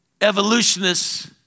evolutionists